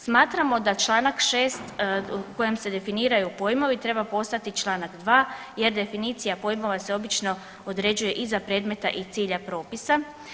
Smatramo da čl. 6. u kojem se definiraju pojmovi treba postati čl. 2. jer definicija pojmova se obično određuje iza predmeta i cilja propisa.